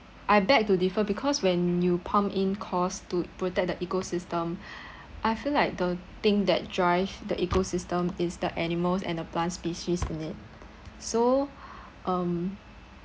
I beg to differ because when you pump in cost to protect the ecosystem I feel like the thing that drive the ecosystem is the animals and the plant species in it so um